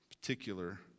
particular